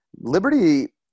Liberty